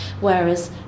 Whereas